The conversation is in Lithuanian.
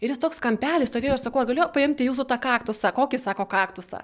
ir jis toks kampely stovėjo aš sakau ar galiu paimti jūsų tą kaktusą kokį sako kaktusą